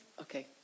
Okay